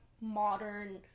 modern